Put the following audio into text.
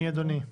מי אדוני?